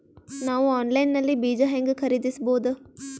ನಾವು ಆನ್ಲೈನ್ ನಲ್ಲಿ ಬೀಜ ಹೆಂಗ ಖರೀದಿಸಬೋದ?